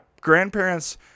grandparents